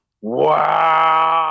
Wow